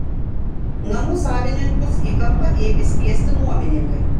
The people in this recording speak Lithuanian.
namų savininkus į kampą ėmė spiesti nuomininkai